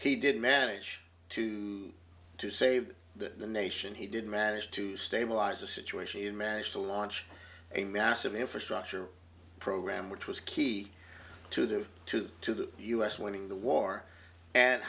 he did manage to to save the nation he did manage to stabilize the situation and managed to launch a massive infrastructure program which was key to the two to the us winning the war and